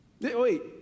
wait